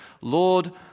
Lord